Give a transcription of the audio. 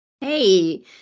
Hey